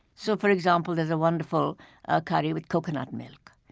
so for example, there's a wonderful ah curry with coconut milk.